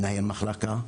מנהל מחלקה,